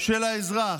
של האזרח,